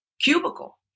cubicle